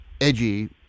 edgy